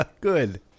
Good